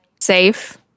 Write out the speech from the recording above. Safe